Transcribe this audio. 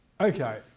Okay